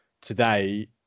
today